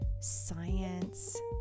science